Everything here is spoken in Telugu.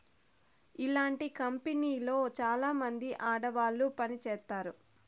ఇలాంటి కంపెనీలో చాలామంది ఆడవాళ్లు పని చేత్తారు